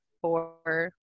four